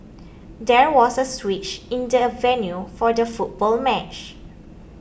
there was a switch in the venue for the football match